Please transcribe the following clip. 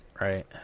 Right